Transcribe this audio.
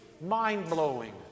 Mind-blowing